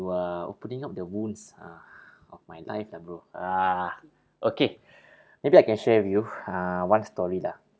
are opening up the wounds ah of my life lah bro ah okay maybe I can share with you uh one story lah